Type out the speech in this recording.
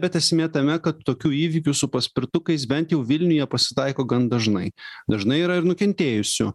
bet esmė tame kad tokių įvykių su paspirtukais bent jau vilniuje pasitaiko gan dažnai dažnai yra ir nukentėjusių